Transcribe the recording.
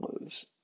lose